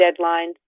deadlines